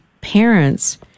parents